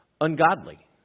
ungodly